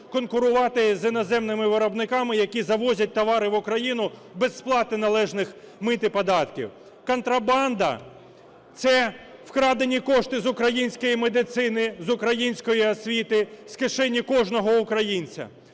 конкурувати з іноземними виробниками, які завозять товари в Україну без сплати належних мит і податків. Контрабанда – це вкрадені кошти з української медицини, з української освіти, з кишені кожного українця.